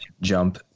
jump